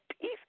peace